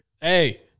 Hey